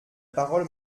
parole